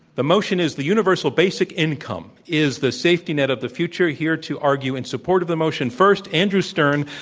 the motion is, the universal basic income is the safety net of the future. here to argue in support of the motion, first, andrew stern,